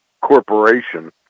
corporation